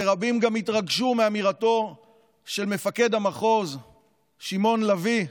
ורבים גם התרגשו מאמירתו של מפקד המחוז שמעון לביא,